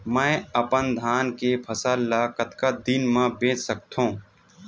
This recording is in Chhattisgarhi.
मैं अपन धान के फसल ल कतका दिन म बेच सकथो?